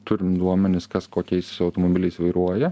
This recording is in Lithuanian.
turim duomenis kas kokiais automobiliais vairuoja